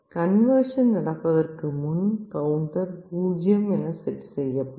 conversion நடப்பதற்கு முன் counter 0 என செட் செய்யப்படும்